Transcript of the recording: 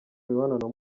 imibonano